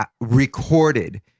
recorded